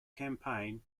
campaign